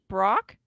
Brock